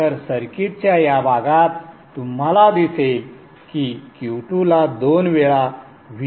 तर सर्किटच्या या भागात तुम्हाला दिसेल की Q2 ला दोन वेळा Vin चा सामना करावा लागतो